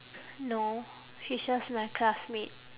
no she's just my classmate